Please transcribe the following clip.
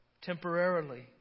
temporarily